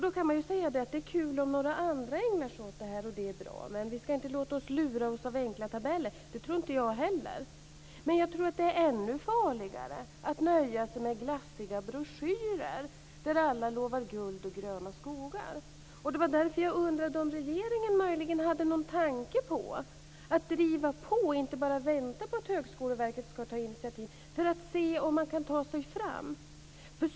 Då kan man säga att det är kul om några andra ägnar sig åt detta och att det är bra. Men vi skall inte låta oss luras av enkla tabeller. Det tycker inte jag heller. Men jag tror att det är ännu farligare att nöja sig med glassiga broschyrer där alla lovar guld och gröna skogar. Det var därför som jag undrade om regeringen möjligen hade någon tanke på att driva på och att inte bara vänta på att Högskoleverket skall ta initiativ och se om man kan ta sig fram.